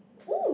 !woo!